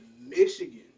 Michigan